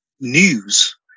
news